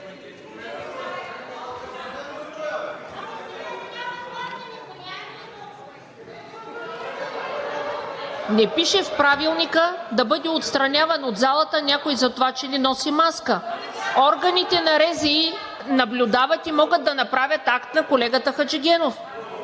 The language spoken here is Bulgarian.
Не пише в Правилника да бъде отстраняван от залата някой за това, че не носи маска. Органите на РЗИ наблюдават и могат да направят акт на колегата Хаджигенов.